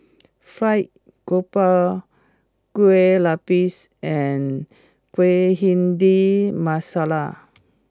Fried Grouper Kueh Lapis and Bhindi Masala